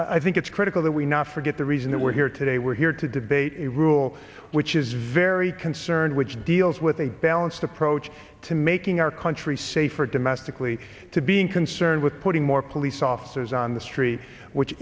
i think it's critical that we not forget the reason that we're here today we're here to debate a rule which is very concerned which deals with a balanced approach to making our country safer domestically to being concerned with putting more police officers on the street which